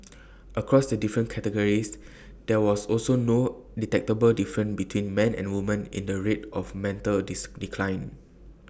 across the different categories there was also no detectable difference between man and woman in the rates of mental A dis decline